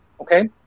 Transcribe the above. okay